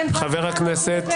חברי הכנסת.